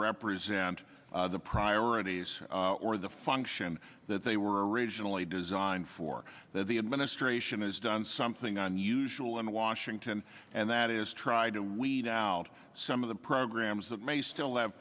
represent the priorities or the function that they were originally designed for that the administration has done something unusual in washington and that is try to weed out some of the programs that may still have